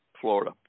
Florida